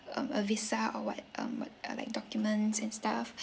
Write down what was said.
um a visa or what um what uh like documents and stuff